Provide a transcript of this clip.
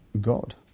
God